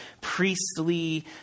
priestly